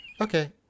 Okay